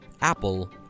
Apple